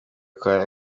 kwa